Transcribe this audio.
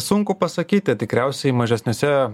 sunku pasakyti tikriausiai mažesniuose